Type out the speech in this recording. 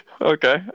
okay